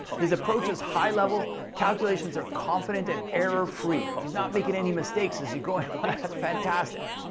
his approach is high level calculations are confident and error free. he's not making any mistakes as you go that's fantastic.